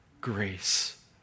grace